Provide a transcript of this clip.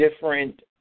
different